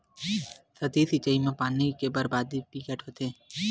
सतही सिचई म पानी के बरबादी बिकट होथे